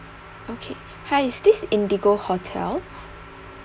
okay hi is this indigo hotel